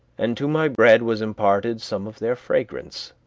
and to my bread was imparted some of their fragrance,